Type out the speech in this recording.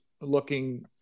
looking